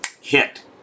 hit